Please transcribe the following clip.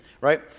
right